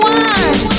one